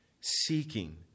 Seeking